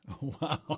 Wow